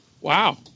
Wow